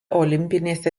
olimpinėse